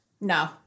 No